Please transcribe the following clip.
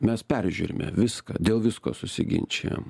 mes peržiūrime viską dėl visko susiginčijam